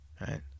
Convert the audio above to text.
Right